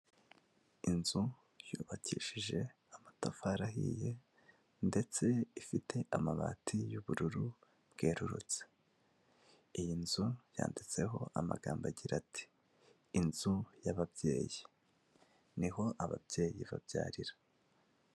Inzu yubakishije amatafari ahiye ndetse ifite amabati y'ubururu bwerurutse, iyi nzu yanditseho amagambo agira ati: " Inzu y'ababyeyi, ni ho ababyeyi babyarira."